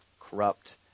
corrupt